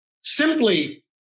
simply